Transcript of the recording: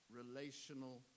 relational